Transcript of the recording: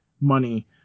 money